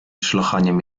szlochaniem